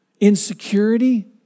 Insecurity